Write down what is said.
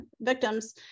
victims